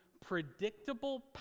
predictable